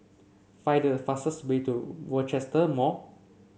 find the fastest way to Rochester Mall